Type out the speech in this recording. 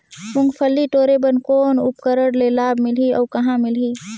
मुंगफली टोरे बर कौन उपकरण ले लाभ मिलही अउ कहाँ मिलही?